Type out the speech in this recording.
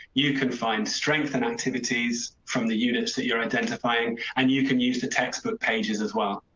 you can find strength and activities from the units that you're identifying, and you can use the textbook pages as well.